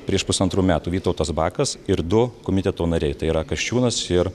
prieš pusantrų metų vytautas bakas ir du komiteto nariai tai yra kasčiūnas ir